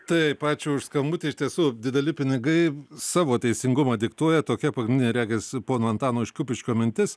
taip ačiū už skambutį iš tiesų dideli pinigai savo teisingumą diktuoja tokia pagrindinė regis pono antano iš kupiškio mintis